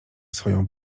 swoją